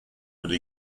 would